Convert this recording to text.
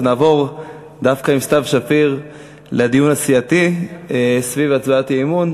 ונעבור דווקא עם סתיו שפיר לדיון הסיעתי סביב הצבעת האי-אמון,